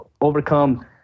overcome